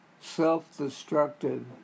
self-destructive